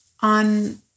on